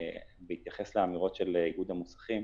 בהתייחס לאמירות של איגוד המוסכים,